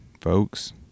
folks